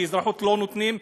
כי אזרחות לא נותנים,